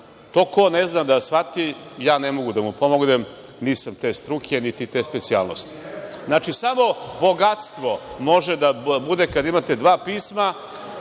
To ko ne zna da shvati, ja ne mogu da mu pomognem, nisam te struke, niti te specijalnosti. Znači, samo bogatstvo može da bude kada imate dva pisma